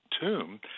tomb